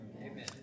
Amen